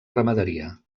ramaderia